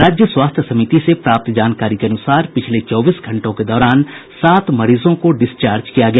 राज्य स्वास्थ्य समिति से प्राप्त जानकारी के अनुसार पिछले चौबीस घंटों के दौरान सात मरीजों को डिस्चार्ज किया गया